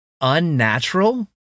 unnatural